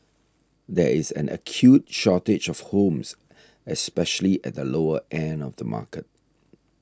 there is an acute shortage of homes especially at the lower end of the market